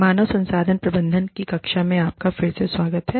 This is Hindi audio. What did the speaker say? मानव संसाधन प्रबंधन की कक्षा में आपका फिर से स्वागत है